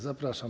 Zapraszam.